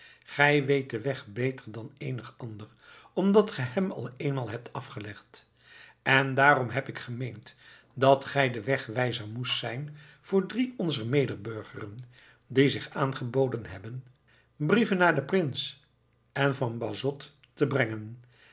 gij weet den weg beter dan eenig ander omdat ge hem al eenmaal hebt afgelegd en daarom heb ik gemeend dat gij de wegwijzer moest zijn voor drie onzer mede burgeren die zich aangeboden hebben brieven naar den prins en van boisot te brengen